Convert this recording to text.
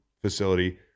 facility